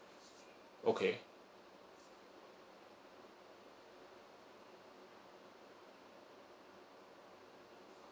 okay